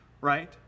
right